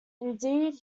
indeed